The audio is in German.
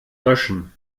löschen